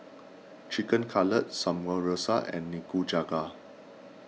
Chicken Cutlet Samgyeopsal and Nikujaga